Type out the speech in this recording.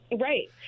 Right